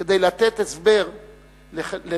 כדי לתת הסבר לנכונותם